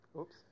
Oops